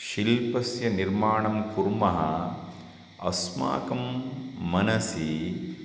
शिल्पस्य निर्माणं कुर्मः अस्माकं मनसि